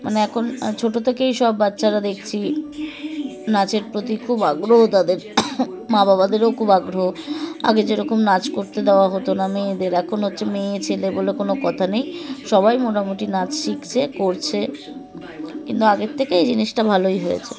মানে এখন ছোট থেকেই সব বাচ্চারা দেখছি নাচের প্রতি খুব আগ্রহ তাদের মা বাবাদেরও খুব আগ্রহ আগে যেরকম নাচ করতে দেওয়া হতো না মেয়েদের এখন হচ্ছে মেয়ে ছেলে বলে কোনো কথা নেই সবাই মোটামুটি নাচ শিখছে করছে কিন্তু আগের থেকে এই জিনিসটা ভালোই হয়েছে